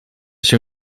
się